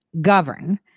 govern